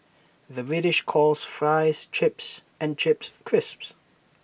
the British calls Fries Chips and Chips Crisps